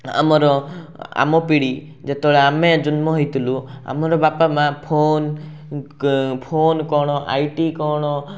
ଆମର ଆମ ପିଢ଼ି ଯେତେବେଳେ ଆମେ ଜନ୍ମ ହେଇଥିଲୁ ଆମର ବାପା ମା' ଫୋନ୍ ଫୋନ୍ କ'ଣ ଆଇ ଟି କ'ଣ